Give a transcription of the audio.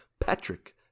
Patrick